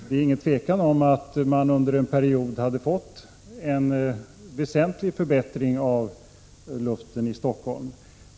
Det är inget tvivel om att tunneln under en period hade lett till en väsentlig förbättring av luften i Stockholm.